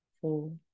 four